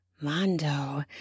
Mondo